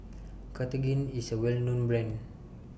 Cartigain IS A Well known Brand